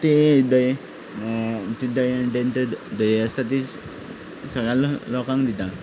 ती दही ते दही हंडेंत ती दही आसता ती सगळ्या लोकांक दिता